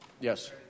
Yes